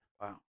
Wow